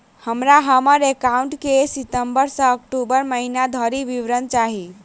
हमरा हम्मर एकाउंट केँ सितम्बर सँ अक्टूबर महीना धरि विवरण चाहि?